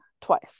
twice